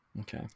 Okay